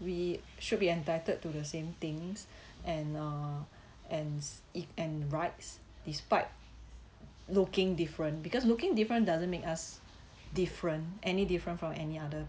we should be entitled to the same things and uh and i~ and rights despite looking different because looking different doesn't make us different any different from any other